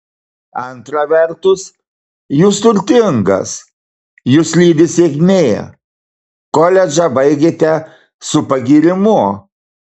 antra vertus jūs turtingas jus lydi sėkmė koledžą baigėte su pagyrimu